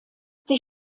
sie